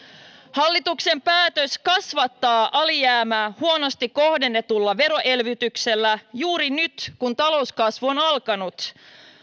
hallituksen päätös kasvattaa alijäämää huonosti kohdennetulla veroelvytyksellä juuri nyt kun talouskasvu on alkanut